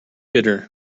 bitter